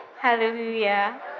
Hallelujah